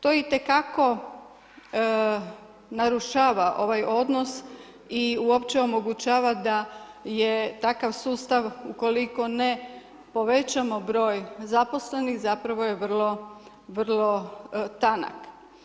To itekako narušava ovaj odnos i uopće omogućava da je takav sustav, ukoliko ne povećamo broj zaposlenih zapravo je vrlo tanak.